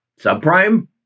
Subprime